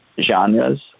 genres